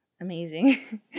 amazing